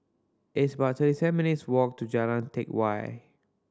it's about thirty seven minutes' walk to Jalan Teck Whye